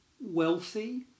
wealthy